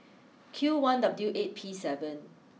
Q one W eight P seven